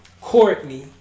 Courtney